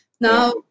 Now